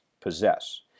possess